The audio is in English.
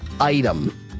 item